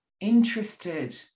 interested